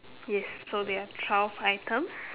yes so there are twelve items